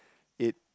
it